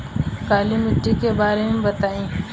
काला माटी के बारे में बताई?